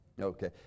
Okay